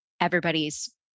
everybody's